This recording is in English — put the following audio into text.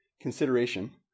consideration